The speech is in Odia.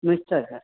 ନିଶ୍ଚୟ ସାର୍